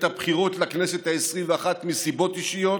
הבחירות לכנסת העשרים-ואחת מסיבות אישיות,